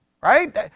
Right